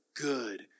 good